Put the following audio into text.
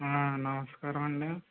నమస్కారమండి